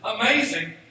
amazing